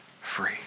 free